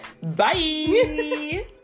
bye